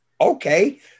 Okay